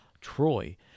Troy